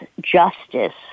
justice